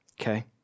okay